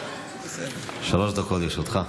שלוש דקות לרשותך.